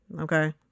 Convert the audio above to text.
okay